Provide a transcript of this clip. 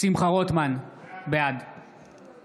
שמחה רוטמן, בעד